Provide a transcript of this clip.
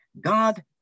God